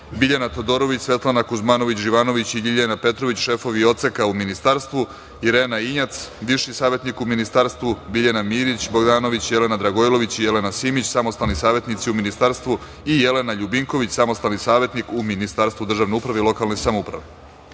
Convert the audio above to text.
Biljana Todorović, Svetlana Kuzmanović Živanović i Ljiljana Petrović, šefovi odseka u ministarstvu, Irena Injac, bivši savetnik u ministarstvu, Biljana Mirić Bogdanović, Jelena Dragojlović i Jelena Simić, samostalni savetnici u ministarstvu i Jelena Ljubinković, samostalni savetnik u Ministarstvu državne uprave i lokalne samouprave. Molim